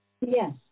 Yes